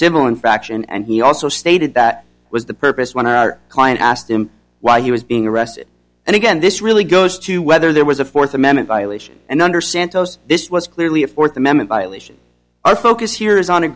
civil infraction and he also stated that was the purpose when our client asked him why he was being arrested and again this really goes to whether there was a fourth amendment violation and under santos this was clearly a fourth amendment violation our focus here is on